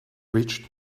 reached